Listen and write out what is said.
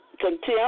contempt